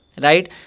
right